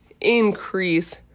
increase